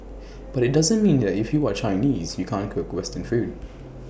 but IT doesn't mean that if you are Chinese you can't cook western food